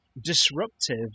disruptive